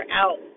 out